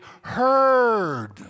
heard